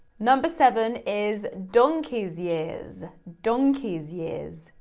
number seven is, donkey's years, donkey's years.